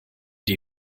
die